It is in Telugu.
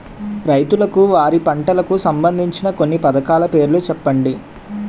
రైతులకు వారి పంటలకు సంబందించిన కొన్ని పథకాల పేర్లు చెప్పండి?